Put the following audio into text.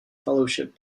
fellowship